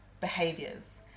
behaviors